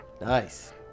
nice